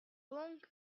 long